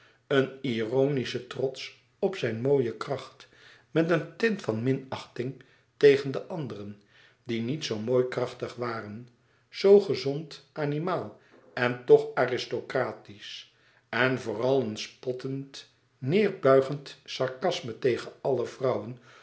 een ironische trots op zijn mooie kracht met een tint van minachting tegen de anderen die niet zoo mooi krachtig waren zoo gezond animaal en toch aristocratisch en vooral een spottend neêrbuigend sarcasme tegen àlle vrouwen